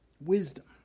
Wisdom